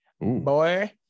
boy